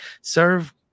Serve